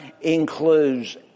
includes